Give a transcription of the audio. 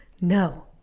No